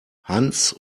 hans